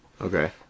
Okay